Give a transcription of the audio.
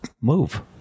move